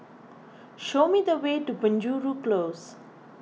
show me the way to Penjuru Close